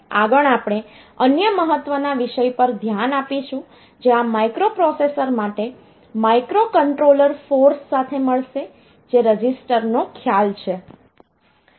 આગળ આપણે અન્ય મહત્વના વિષય પર ધ્યાન આપીશું જે આ માઇક્રોપ્રોસેસર માટે માઇક્રોકન્ટ્રોલર ફોર્સ સાથે મળશે જે રજીસ્ટર નો ખ્યાલ છે